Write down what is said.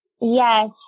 Yes